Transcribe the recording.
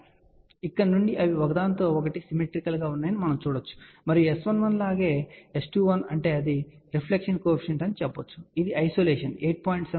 కాబట్టి ఇక్కడ నుండి అవి ఒకదానికొకటి సిమెట్రికల్ గా ఉన్నాయని మనం చూడవచ్చు మరియు S11 అలాగే S21 అంటే ఇది రిఫ్లెక్షన్ కోఎఫిషియంట్ అని చెప్పవచ్చు ఇది ఐసోలేషన్ 8